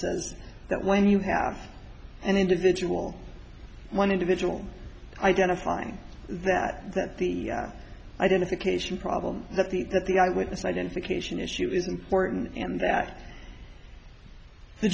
says that when you have an individual one individual identifying that that the identification problem that the that the eyewitness identification issue is important and that the